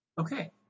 Okay